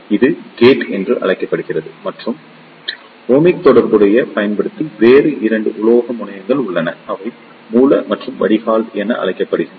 இது கேட் என்று அழைக்கப்படுகிறது மற்றும் ஓமிக் தொடர்புகளைப் பயன்படுத்தி வேறு இரண்டு உலோக முனையங்கள் உள்ளன அவை மூல மற்றும் வடிகால் என அழைக்கப்படுகின்றன